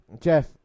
Jeff